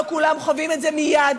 לא כולם חווים את זה מייד,